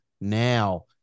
now